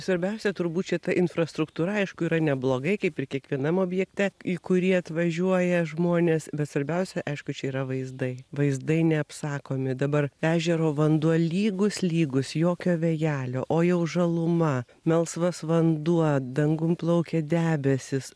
svarbiausia turbūt šita infrastruktūra aišku yra neblogai kaip ir kiekvienam objekte į kurį atvažiuoja žmonės bet svarbiausia aišku čia yra vaizdai vaizdai neapsakomi dabar ežero vanduo lygus lygus jokio vėjelio o jau žaluma melsvas vanduo dangum plaukia debesys